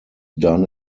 done